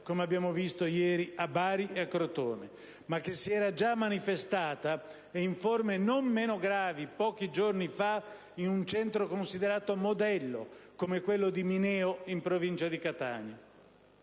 come abbiamo visto ieri a Bari e a Crotone, ma che si era già manifestata, e in forme non meno gravi, pochi giorni fa in un Centro considerato modello come quello di Mineo, in provincia di Catania.